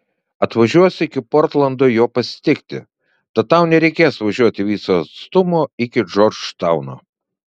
atvažiuosiu iki portlando jo pasitikti tad tau nereikės važiuoti viso atstumo iki džordžtauno